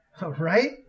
Right